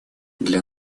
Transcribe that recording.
для